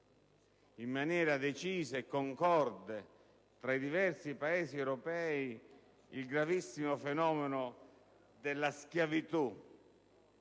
in maniera decisa e concorde tra i diversi Paesi europei il gravissimo fenomeno della schiavitù